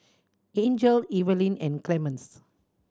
Angel Evaline and Clemens